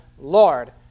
Lord